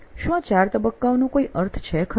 શું આ ચાર તબક્કાઓનો કોઈ અર્થ છે ખરો